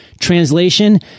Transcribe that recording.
Translation